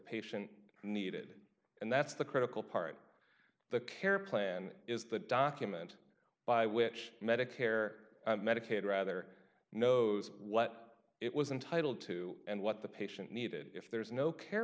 patient needed and that's the critical part the care plan is the document by which medicare medicaid rather knows what it was entitled to and what the patient needed if there's no care